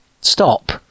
stop